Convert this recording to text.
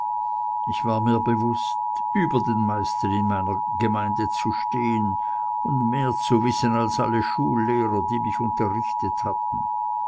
ich war mir bewußt über den meisten in meiner gemeinde zu stehen und mehr zu wissen als alle schullehrer die mich unterrichtet hatten